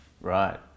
Right